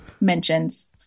mentions